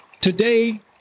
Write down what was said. Today